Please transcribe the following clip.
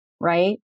right